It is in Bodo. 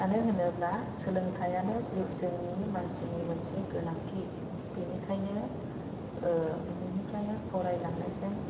मानो होनोब्ला सोलोंथायआनो जोंनि मानसिनि मोनसे गोनांथि बेनिखायनो उन्दैनिफ्रायनो फरायलांनायजों